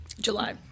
July